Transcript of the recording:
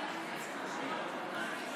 (חברי הכנסת מכבדים בקימה את זכרו של המנוח.)